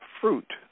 fruit